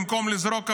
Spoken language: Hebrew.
במקום לזרוק אבנים,